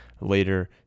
later